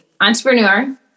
entrepreneur